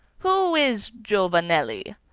who is giovanelli?